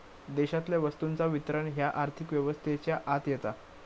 देशातल्या वस्तूंचा वितरण ह्या आर्थिक व्यवस्थेच्या आत येता